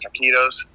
taquitos